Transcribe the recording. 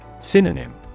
Synonym